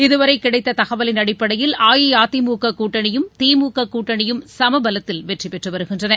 இதுவரை கிடைத்த தகவலின் அடிப்படையில் அஇஅதிமுக கூட்டணியும் திமுக கூட்டணியும் சம பலத்தில் வெற்றி பெற்று வருகின்றன